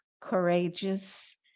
courageous